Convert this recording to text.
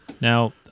Now